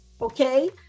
Okay